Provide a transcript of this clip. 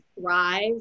thrive